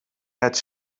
het